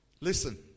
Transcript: listen